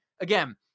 again